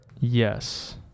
yes